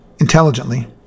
intelligently